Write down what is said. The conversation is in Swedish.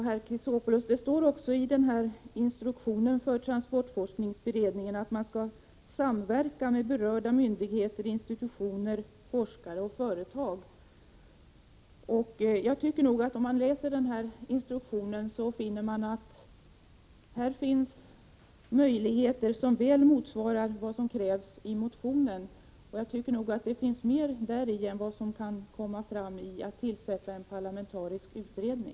Herr talman! Det står också i instruktionen för transportforskningsberedningen att den skall samverka med berörda myndigheter, institutioner, forskare och företag. Om man läser denna instruktion, finner man att den innehåller möjligheter som väl motsvarar vad som krävs i motionen. Jag tycker nog att instruktionen innehåller mer än som kan komma fram genom tillsättandet av en parlamentarisk utredning.